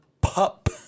Pup